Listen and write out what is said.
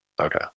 Okay